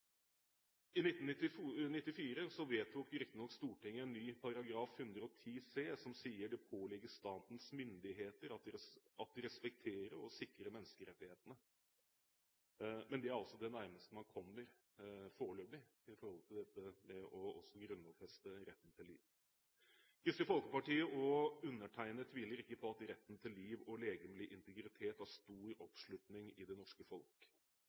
I 1994 vedtok riktignok Stortinget en ny paragraf 110 c, som sier: «Det paaligger Statens Myndigheder at respektere og sikre Menneskerettighederne.» Det er det nærmeste man kommer, foreløpig, når det gjelder dette med å grunnlovfeste retten til liv. Kristelig Folkeparti og undertegnede tviler ikke på at retten til liv og legemlig integritet har stor oppslutning i det norske folk